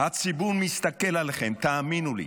הציבור מסתכל עליכם, תאמינו לי.